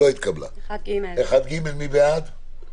הצבעה ההסתייגות לא אושרה.